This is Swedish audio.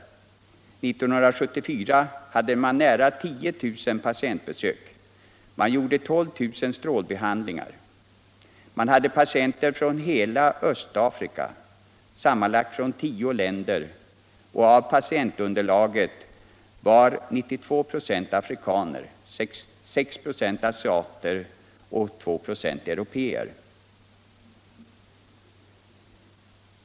1974 hade man nära 10 000 patientbesök, och man gav 12 000 strålbehandlingar. Man hade patienter från hela Östafrika, sammanlagt från tio länder. Av patientunderlaget var 90 26 afrikaner, 6 26 asiater och 2 "6 europeer.